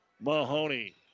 Mahoney